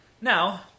Now